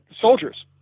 soldiers